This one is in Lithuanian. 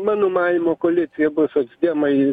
mano manymu koalicija bus socdemai